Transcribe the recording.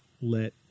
let